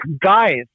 guys